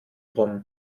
rum